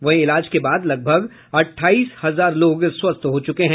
वहीं इलाज के बाद लगभग अट्ठाई हजार लोग स्वस्थ हो चुके हैं